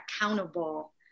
accountable